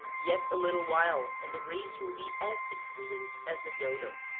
yet a little while, and the race will be as extinct as the dodo.